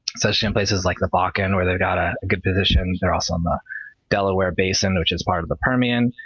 especially in places like the bakken, where they have ah a good position. they're also in the delaware basin, which is part of the permian,